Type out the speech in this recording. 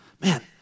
Man